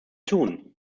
tun